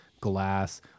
glass